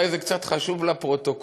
אולי זה קצת חשוב לפרוטוקול,